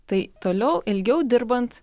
tai toliau ilgiau dirbant